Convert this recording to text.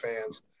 fans